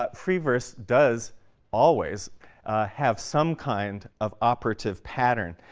but free verse does always have some kind of operative pattern,